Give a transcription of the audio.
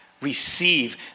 Receive